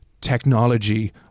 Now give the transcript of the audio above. technology